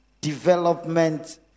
Development